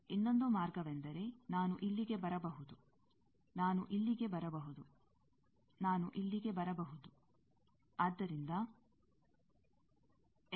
ಇನ್ನೊಂದು ಮಾರ್ಗವೆಂದರೆ ನಾನು ಇಲ್ಲಿಗೆ ಬರಬಹುದು ನಾನು ಇಲ್ಲಿಗೆ ಬರಬಹುದು ನಾನು ಇಲ್ಲಿಗೆ ಬರಬಹುದು ಆದ್ದರಿಂದ S